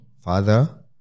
father